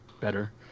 better